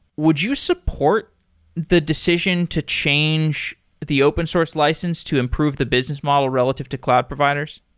would you support the decision to change the open source license to improve the business model relative to cloud providers?